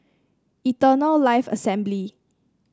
Eternal Life Assembly